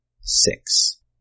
Six